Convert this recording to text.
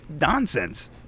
nonsense